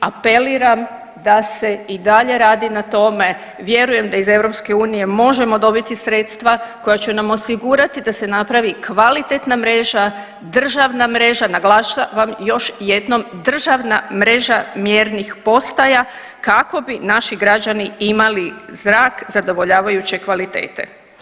Apeliram da se i dalje radi na tome, vjerujem da ih EU možemo dobiti sredstva koja će nam osigurati da se napravi kvalitetna mreža, državna mreža, naglašavam još jednom, državna mreža mjernih postaja kako bi naši građani imali zrak zadovoljavajuće kvalitete.